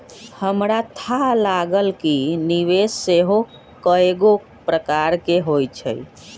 हमरा थाह लागल कि निवेश सेहो कएगो प्रकार के होइ छइ